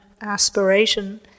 aspiration